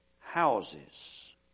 houses